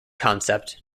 concept